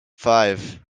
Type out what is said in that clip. five